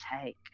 take